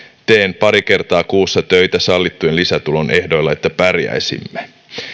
teen pari kertaa kuussa töitä sallittujen lisätulojen ehdoilla että pärjäisimme